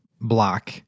block